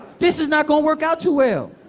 this is not going to work out too well.